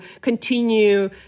continue